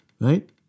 right